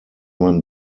man